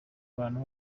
abantu